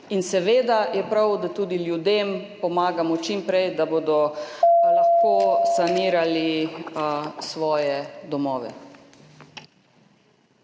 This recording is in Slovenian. in seveda je prav, da tudi ljudem pomagamo čim prej, da bodo lahko sanirali svoje domove.